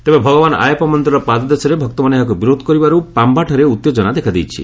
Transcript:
ତେବେ ଭଗବାନ ଆୟସ୍ପା ମନ୍ଦିରର ପାଦଦେଶରେ ଭକ୍ତମାନେ ଏହାକୁ ବିରୋଧ କରିବାରୁ ପାମ୍ଘାଠାରେ ଉତ୍ତେଜନା ଦେଖାଦେଇଛି